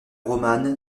roman